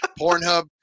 Pornhub